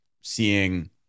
seeing